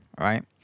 Right